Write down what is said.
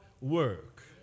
work